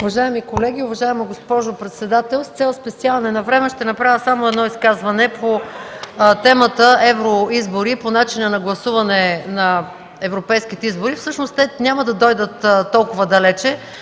Уважаеми колеги, уважаема госпожо председател! С цел спестяване на време ще направя само едно изказване по темата „Евроизбори”, по начина на гласуване на европейски избори. (Оживление.) Всъщност те не са толкова далече.